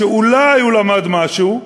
כשאולי הוא למד משהו,